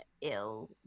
ill